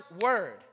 word